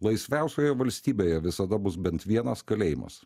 laisviausioje valstybėje visada bus bent vienas kalėjimas